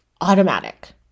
automatic